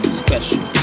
special